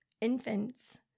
infants